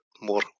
more